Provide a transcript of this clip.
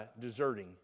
deserting